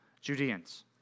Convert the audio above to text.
Judeans